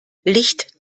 licht